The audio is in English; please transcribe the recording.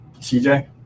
CJ